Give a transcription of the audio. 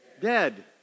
dead